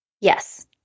Yes